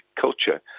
culture